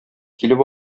килеп